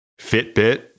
Fitbit